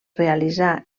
realitzar